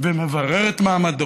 ומברר את מעמדו.